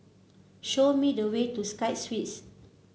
show me the way to Sky Suites